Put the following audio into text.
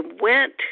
went